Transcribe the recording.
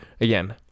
again